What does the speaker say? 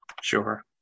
Sure